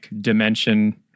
dimension